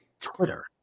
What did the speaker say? Twitter